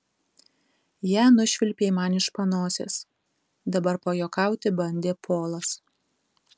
ją nušvilpei man iš panosės dabar pajuokauti bandė polas